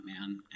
man